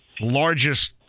largest